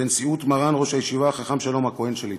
בנשיאות מרן ראש הישיבה החכם שלום הכהן שליט"א.